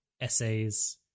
essays